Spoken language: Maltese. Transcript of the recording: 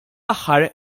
aħħar